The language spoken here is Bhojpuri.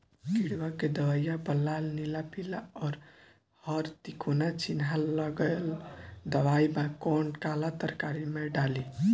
किड़वा के दवाईया प लाल नीला पीला और हर तिकोना चिनहा लगल दवाई बा कौन काला तरकारी मैं डाली?